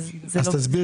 היכן זה תקוע?